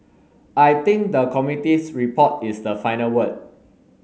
I think the committee's report is the final word